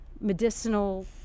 medicinal